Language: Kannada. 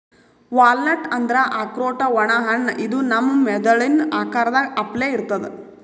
ವಾಲ್ನಟ್ ಅಂದ್ರ ಆಕ್ರೋಟ್ ಒಣ ಹಣ್ಣ ಇದು ನಮ್ ಮೆದಳಿನ್ ಆಕಾರದ್ ಅಪ್ಲೆ ಇರ್ತದ್